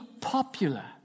popular